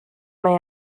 mae